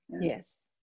Yes